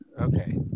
Okay